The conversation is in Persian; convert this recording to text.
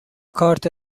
کارت